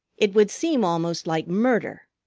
it would seem almost like murder.